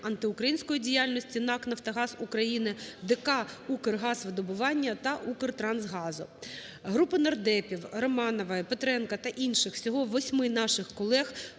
антиукраїнської діяльності НАК "Нафтогаз України", ДК "Укргазвидобування" та "Укртрансгазу". Групинардепутатів (Романової, Петренка та інших – всього 8 наших колег)